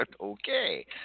Okay